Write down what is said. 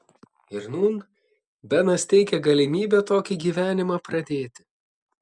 ir nūn benas teikia galimybę tokį gyvenimą pradėti